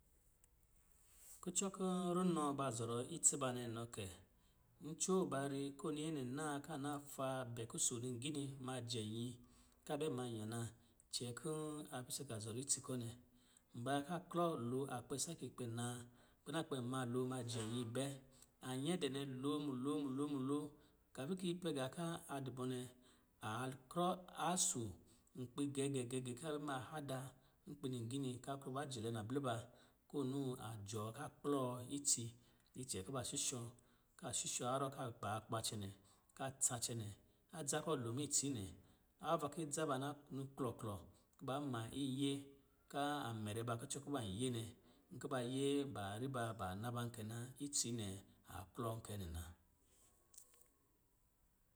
Kucɔ kɔ̌ runɔ ba zɔrɔ itsi ba nɛ nɔ kɛ. Ncoo, ba ri kɔ̌ ɔ ni nyɛ nɛ naa ka na fa bɛ kuso nigini ma jɛ nyi ka bɛ ma nyana cɛn kɔ̌ a pisc ka zɔrɔ itsi kɔ̌ nɛ. mba ka klɔ lo, a kpɛ sacɛ kpɛ naa kpɛ na kpɛ ma lo ma jɛ nyi bɛ. An yɛ dɛ nɛ lo mulo mulo mulo, kamin ki yi pɛ gâ kɔ̌ a dɔ bɔ nɛ, a krɔ aso nkpǐ gɛgɛgɛ̌. Ka bɛ ma hada nkpǐ nigini ka krɔ ba jɛlɛ nabli ba, ko nɔ a jɔɔ ka kplɔ itsi icɛ kuba shushɔ̌, ka shushɔ̌ harrɔ ka baa kpa cɛnɛ, ka tsa cɛnɛ, adza kɔ̂ ba lo miitsi nɛ. Ava kɔ̌ ki adza ba na nɔ klɔ klɔ, kuba ma iyɛ, kan a mɛrɛ ba kucɔ̂ kɔ̂ ba yɛ nɛ, nkɔ̌ ba yɛ ba ri ba, ba na baa kɛ na, itsi nɛ a klɔ kɛ nɛ na.